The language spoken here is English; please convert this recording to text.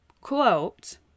quote